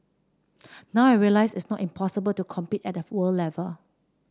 now I realise it's not impossible to compete at the world level